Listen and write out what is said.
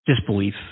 disbelief